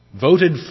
voted